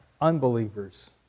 unbelievers